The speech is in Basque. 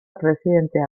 presidentea